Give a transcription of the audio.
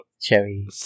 cherry